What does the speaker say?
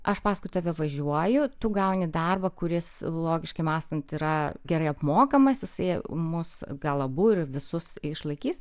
aš paskui tave važiuoju tu gauni darbą kuris logiškai mąstant yra gerai apmokamas jisai mus gal abu ir visus išlaikys